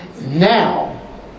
Now